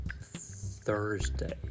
Thursday